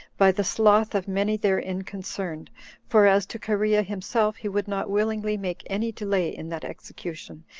by the sloth of many therein concerned for as to cherea himself, he would not willingly make any delay in that execution,